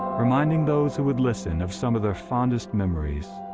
reminding those who would listen of some of their fondest memories,